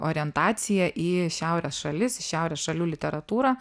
orientaciją į šiaurės šalis į šiaurės šalių literatūrą